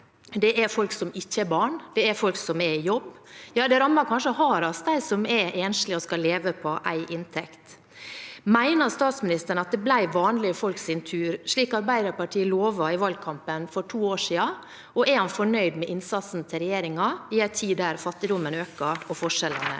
det er folk som ikke har barn, og det er folk som er i jobb. Ja, det rammer kanskje hardest dem som er enslige og skal leve på én inntekt. Mener statsministeren at det ble vanlige folks tur, slik Arbeiderpartiet lovet i valgkampen for to år siden? Og er han fornøyd med innsatsen til regjeringen, i en tid der fattigdommen og forskjellene